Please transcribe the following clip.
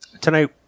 tonight